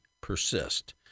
persist